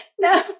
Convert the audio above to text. No